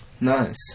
Nice